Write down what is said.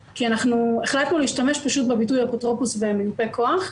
החלטנו להשתמש פשוט בביטוי "אפוטרופוס ומיופה כוח"